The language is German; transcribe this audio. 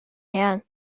herrn